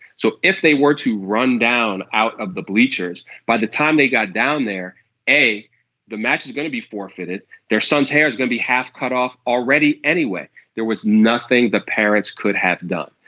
so if they were to run down out of the bleachers by the time they got down there a match is going to be forfeited. their son's hair's gonna be half cut off already. anyway there was nothing the parents could have done.